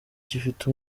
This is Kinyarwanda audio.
gifite